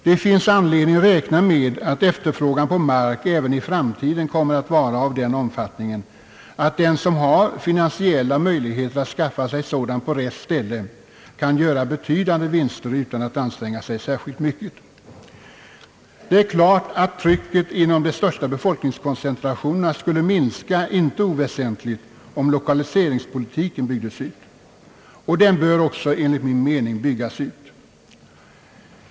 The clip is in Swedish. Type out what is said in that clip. Det finns anledning räkna med att efterfrågan på mark även i framtiden kommer att vara av den omfattningen att den som har finansiella möjligheter att skaffa sig sådan på rätt ställe kan göra betydande vinster utan att anstränga sig särskilt mycket, Det är klart att trycket inom de största befolkningskoncentrationerna skulle minska inte oväsentligt om = lokaliseringspolitiken byggdes ut. Den bör också enligt min mening byggas ut.